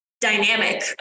dynamic